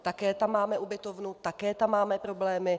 Také tam máme ubytovnu, také tam máme problémy.